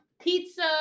pizza